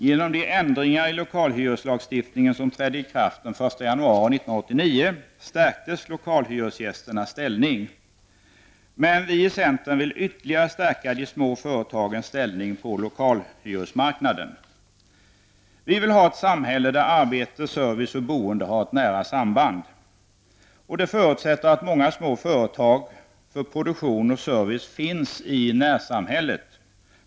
Genom de ändringar i lokalhyreslagstiftningen som trädde i kraft den 1 Vi i centern vill ytterligare stärka de små företagens ställning på lokalhyresmarknaden. Vi vill ha ett samhälle där arbete, service och boende har ett nära samband. Det förutsätter att många små företag för produktion och service finns i närsamhället.